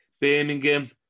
Birmingham